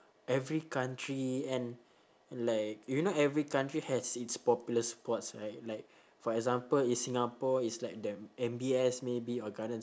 every country and like you know every country has its popular spots right like for example in singapore it's like the M_B_S maybe or gardens